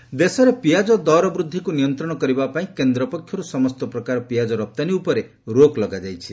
ଗମେଣ୍ଟ onion ଦେଶରେ ପିଆଜ ଦର ବୃଦ୍ଧିକୁ ନିୟନ୍ତ୍ରଣ କରିବା ପାଇଁ କେନ୍ଦ୍ର ପକ୍ଷରୁ ସମସ୍ତ ପ୍ରକାର ପିଆଜ ରପ୍ତାନୀ ଉପରେ ରୋକ୍ ଲଗାଯାଇଛି